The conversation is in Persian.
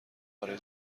برای